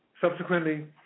subsequently